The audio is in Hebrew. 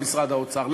במשרד האוצר,